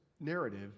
narrative